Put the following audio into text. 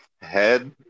head